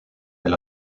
elle